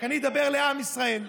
אני אדבר לעם ישראל.